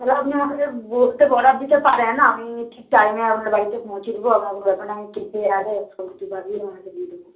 তাহলে আপনি আমাকে বলতে অর্ডার দিতে পারেন আমি ঠিক টাইমে আপনার বাড়িতে পৌঁছে দেব আপনার কোন ব্যাপার না আমি ঠিক ওঁকে দিয়ে দেব